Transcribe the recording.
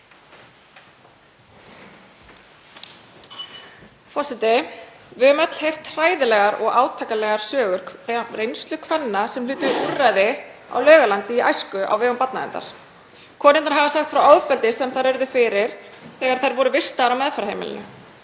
Forseti. Við höfum heyrt hræðilegar og átakanlegar sögur af reynslu kvenna sem hlutu úrræði á Laugalandi í æsku á vegum barnaverndar. Konurnar hafa sagt frá ofbeldi sem þær urðu fyrir þegar þær voru vistaðar á meðferðarheimilinu.